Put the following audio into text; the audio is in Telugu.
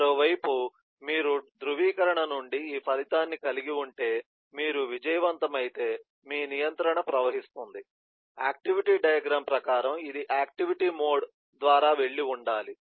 మరోవైపు మీరు ధ్రువీకరణ నుండి ఈ ఫలితాన్ని కలిగి ఉంటే మీరు విజయవంతమైతే మీ నియంత్రణ ప్రవహిస్తుంది ఆక్టివిటీ డయాగ్రమ్ ప్రకారం ఇది ఆక్టివిటీ మోడ్ ద్వారా వెళ్లి ఉండాలి